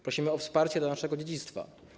Prosimy o wsparcie dla naszego dziedzictwa.